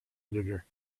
editor